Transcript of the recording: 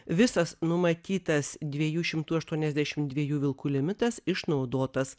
visas numatytas dviejų šimtų aštuoniasdešimt dviejų vilkų limitas išnaudotas